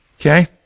Okay